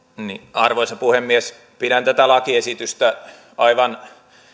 arvoisa puhemies pidän tätä lakiesitystä aivan